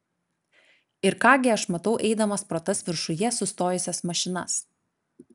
ir ką gi aš matau eidamas pro tas viršuje sustojusias mašinas